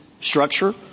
structure